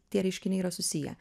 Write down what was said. tie reiškiniai yra susiję